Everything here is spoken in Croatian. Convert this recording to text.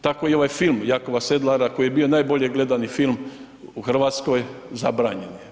Tako i ovaj film Jakova Sedlara koji je bio najbolje gledani film u Hrvatskoj, zabranjen je.